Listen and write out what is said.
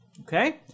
Okay